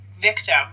victim